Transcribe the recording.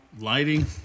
Lighting